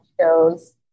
shows